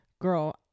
girl